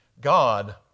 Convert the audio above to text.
God